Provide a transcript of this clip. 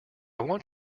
want